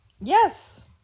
Yes